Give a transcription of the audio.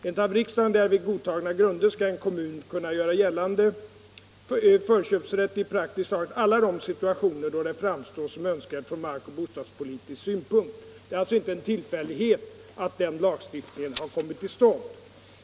Enligt av riksdagen därvid godtagna grunder skall en kommun kunna göra gällande förköpsrätt i praktiskt taget alla de situationer då det framstår som önsk värt från markoch bostadspolitisk synpunkt. Det är inte en tillfällighet att den lagstiftningen har kommit till stånd.